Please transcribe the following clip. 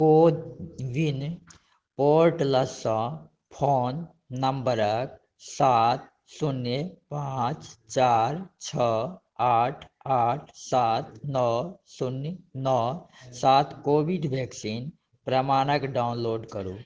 कोविन पोर्टलसँ फोन नम्बरके सात शून्य पाँच चारि छओ आठ आठ सात नओ शून्य नओ सात कोविड वैक्सीन प्रमाणक डाउनलोड करू